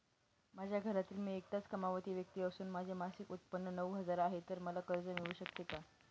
माझ्या घरातील मी एकटाच कमावती व्यक्ती असून माझे मासिक उत्त्पन्न नऊ हजार आहे, तर मला कर्ज मिळू शकते का?